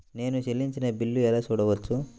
నేను చెల్లించిన బిల్లు ఎలా చూడవచ్చు?